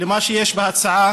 למה שיש בהצעה.